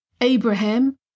Abraham